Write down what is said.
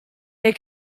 they